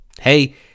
Hey